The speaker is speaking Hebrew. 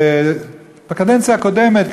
בקדנציה הקודמת,